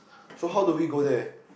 so how do we go there